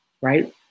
right